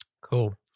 Cool